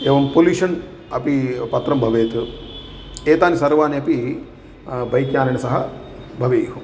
एवं पोल्युशन् अपि पत्रं भवेत् एतान्सर्वाण्यपि बैक् यानेन सह भवेयुः